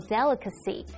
Delicacy